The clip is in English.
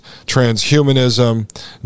transhumanism